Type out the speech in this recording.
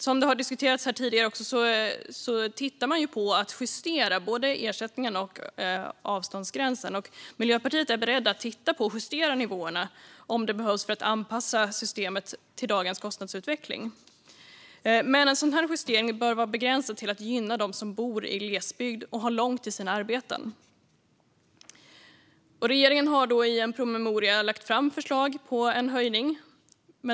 Som har diskuterats tittar man på att justera både ersättningen och avståndsgränserna, och Miljöpartiet är berett att titta på en justering om en sådan behövs för att anpassa systemet till dagens kostnadsutveckling. Justeringen bör dock vara begränsad till att gynna dem som bor i glesbygd och har långt till sina arbeten. Regeringen har i en promemoria lagt fram ett förslag på en höjning.